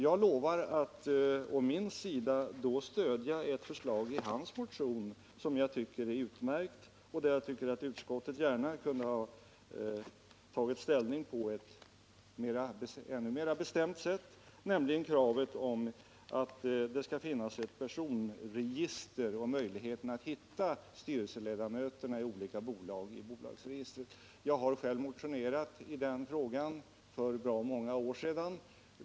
Jag lovar att å min sida då stödja ett förslag i hans motion som jag tycker är utmärkt och där jag tycker att utskottet gärna kunde ha tagit ställning på ett ännu mera bestämt sätt, nämligen när det gäller kravet att det skall finnas ett personregister och möjligheter att hitta styrelseledamöterna i olika bolag i bolagsregistret. Jag har själv motionerat i den frågan för bra många år sedan.